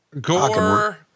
Gore